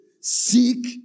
seek